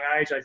age